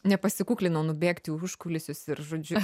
nepasikuklinau nubėgt į užkulisius ir žodžiu